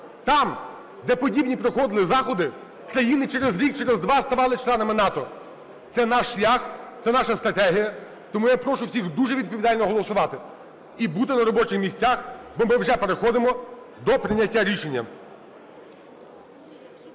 Там, де подібні проходили заходи, країни через рік, через два ставали членами НАТО. Це наш шлях, це наша стратегія, тому я прошу всіх дуже відповідально голосувати і бути на робочих місцях, бо ми вже переходимо до прийняття рішення.